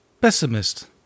pessimist